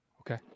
Okay